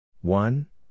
One